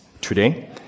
today